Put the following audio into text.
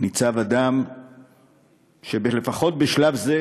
ניצב אדם שלפחות בשלב זה